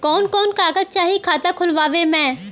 कवन कवन कागज चाही खाता खोलवावे मै?